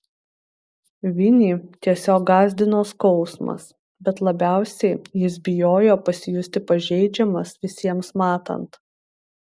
vinį tiesiog gąsdino skausmas bet labiausiai jis bijojo pasijusti pažeidžiamas visiems matant